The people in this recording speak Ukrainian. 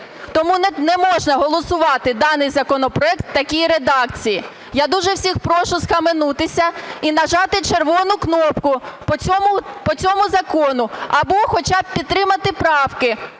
Тому не можна голосувати даний законопроект в такій редакції. Я дуже всіх прошу схаменутися і нажати червону кнопку по цьому закону або хоча б підтримати правки.